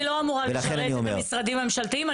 אני לא אמורה לשרת את המשרדים הממשלתיים,